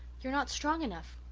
you're not strong enough.